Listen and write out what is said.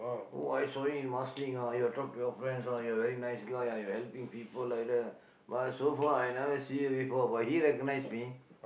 oh I saw you in Marsiling you talk to your friends ah you are a very nice guy ah you helping people like that but so far I never see you before but he recognise me